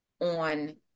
on